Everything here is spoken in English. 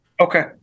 okay